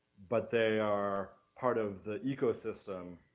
but they are part of the ecosystem,